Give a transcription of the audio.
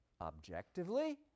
objectively